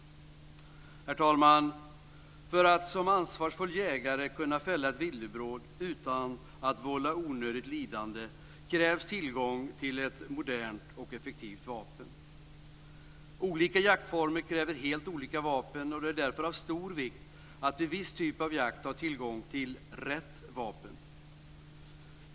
Herr talman! För att en ansvarsfull jägare ska kunna fälla ett villebråd utan att vålla onödigt lidande krävs tillgång till ett modernt och effektivt vapen. Olika jaktformer kräver helt olika vapen, och det är av stor vikt att vid viss typ av jakt ha tillgång till rätt vapen.